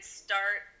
start